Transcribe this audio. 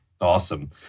Awesome